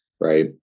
right